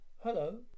Hello